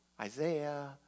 Isaiah